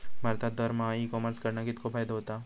भारतात दरमहा e commerce कडणा कितको फायदो होता?